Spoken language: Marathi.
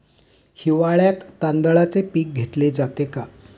हिवाळ्यात तांदळाचे पीक घेतले जाते का?